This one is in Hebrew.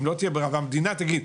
אם לא תהיה ברירה והמדינה תגיד,